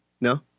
No